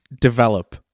develop